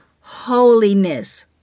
holiness